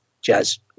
jazz